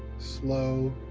slow,